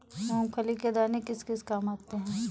मूंगफली के दाने किस किस काम आते हैं?